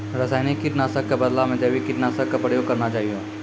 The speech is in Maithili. रासायनिक कीट नाशक कॅ बदला मॅ जैविक कीटनाशक कॅ प्रयोग करना चाहियो